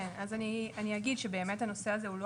אני אגיד שהנושא הזה הוא לא